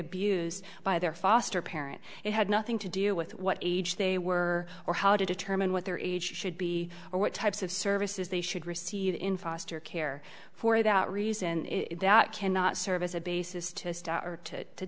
abused by their foster parent it had nothing to do with what age they were or how to determine what their age should be or what types of services they should receive in foster care for that reason that cannot serve as a basis